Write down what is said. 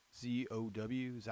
Z-O-W